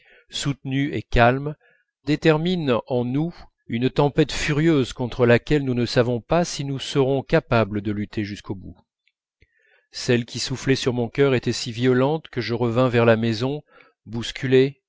soutenue et calme détermine en nous une tempête furieuse contre laquelle nous ne savons pas si nous serons capables de lutter jusqu'au bout celle qui soufflait sur mon cœur était si violente que je revins vers la maison bousculé